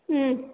ம்